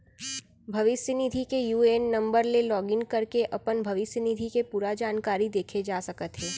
भविस्य निधि के यू.ए.एन नंबर ले लॉगिन करके अपन भविस्य निधि के पूरा जानकारी देखे जा सकत हे